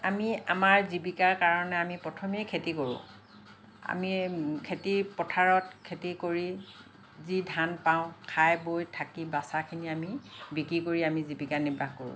আমি আমাৰ জীৱিকাৰ কাৰণে আমি প্ৰথমেই খেতি কৰোঁ আমি খেতি পথাৰত খেতি কৰি যি ধান পাওঁ খাই বৈ থাকি বাচাখিনি আমি বিক্ৰী কৰি আমি জীৱিকা নিৰ্বাহ কৰোঁ